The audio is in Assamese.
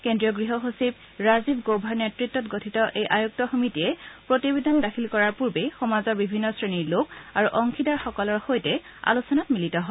কেন্দ্ৰীয় গৃহ সচিব ৰাজীৱ গৌভাৰ নেতৃত্ত গঠিত এই সমিতিয়ে প্ৰতিবেদন দাখিল কৰাৰ পূৰ্বে সমাজৰ বিভিন্ন শ্ৰেণীৰ লোক আৰু অংশীদাৰ সকলৰ সৈতে আলোচনাত মিলিত হয়